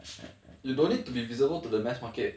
you don't need to be visible to the mass market